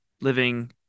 living